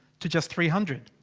to just three hundred.